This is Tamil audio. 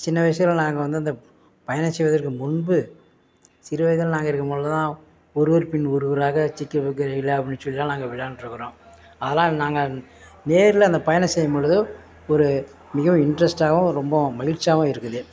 சின்ன வயசில் நாங்கள் வந்து அந்த பயணம் செய்வதற்கு முன்பு சிறுவயதில் நாங்கள் இருக்கும்போதுலாம் ஒருவர் பின் ஒருவராக சிக்கு புக்கு ரயிலே அப்படினு சொல்லிலாம் நாங்கள் விளையாண்ட்ருக்குறோம் அதல்லாம் நாங்கள் நேரில் அந்த பயணம் செய்யும்பொழுது ஒரு மிகவும் இன்ட்ரெஸ்டாகவும் ரொம்ப மகிழ்ச்சியாவும் இருக்குது